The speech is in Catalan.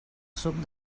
suc